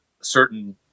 certain